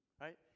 right